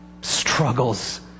struggles